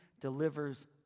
delivers